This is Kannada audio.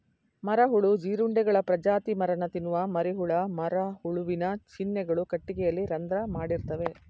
ಮರಹುಳು ಜೀರುಂಡೆಗಳ ಪ್ರಜಾತಿ ಮರನ ತಿನ್ನುವ ಮರಿಹುಳ ಮರಹುಳುವಿನ ಚಿಹ್ನೆಗಳು ಕಟ್ಟಿಗೆಯಲ್ಲಿ ರಂಧ್ರ ಮಾಡಿರ್ತವೆ